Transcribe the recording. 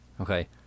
Okay